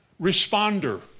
responder